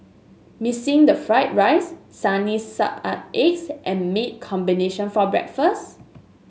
missing the fried rice sunny side up eggs and meat combination for breakfast